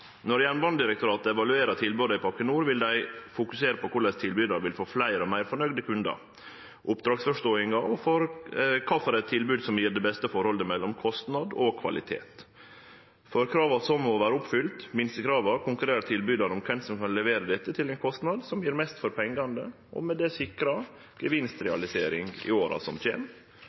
Når Jernbanedirektoratet evaluerer tilboda i pakke Nord, vil dei fokusere på korleis tilbydaren vil få fleire og meir fornøgde kundar, oppdragsforståinga og kva tilbod som gjev det beste forholdet mellom kostnad og kvalitet. For krava som må vere oppfylte, minstekrava, konkurrerer tilbydarane om kven som kan levere dette til ein kostnad som gjev mest for pengane, og med det sikrar gevinstrealisering i åra som